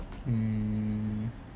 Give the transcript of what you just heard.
hmm